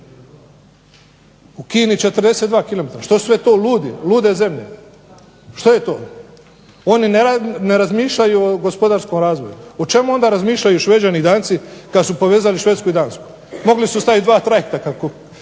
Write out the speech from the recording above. U Kini 42 km, što su sve to lude zemlje, one ne razmišljaju o gospodarskom razvoju, o čemu onda razmišljaju Šveđani i Danci kada su povezali Švedsku i Dansku, mogli su staviti dva trajekta, kako